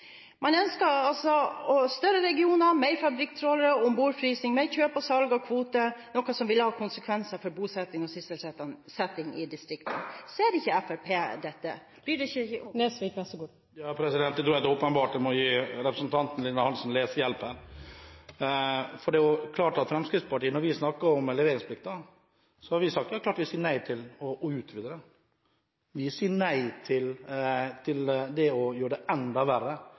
Man ønsker ikke å se distriktspolitikk i sammenheng med fiskeripolitikk. Man ønsker større regioner, flere fabrikktrålere, mer ombordfrysing, mer kjøp og salg av kvoter – noe som vil ha konsekvenser for bosetting og sysselsetting i distriktene. Ser ikke Fremskrittspartiet dette? Det er åpenbart at jeg må gi representanten Lillian Hansen lesehjelp. Når det gjelder leveringsplikten, har Fremskrittspartiet sagt klart fra at vi sier nei til å utvide den. Vi sier nei til å gjøre det enda verre